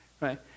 Right